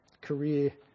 career